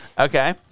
Okay